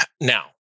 now